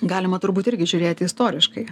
galima turbūt irgi žiūrėti istoriškai